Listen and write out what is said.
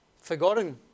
forgotten